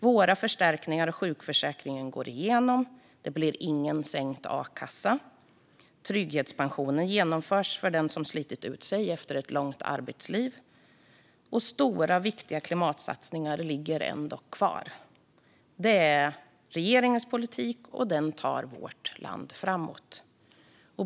Våra förstärkningar av sjukförsäkringen går igenom. Det blir ingen sänkt a-kassa. Trygghetspensionen genomförs för den som slitit ut sig efter ett långt arbetsliv. Stora, viktiga klimatsatsningar ligger kvar. Det är regeringens politik, och den tar vårt land framåt.